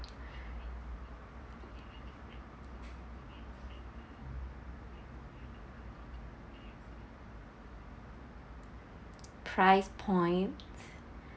price point